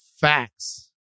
facts